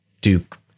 Duke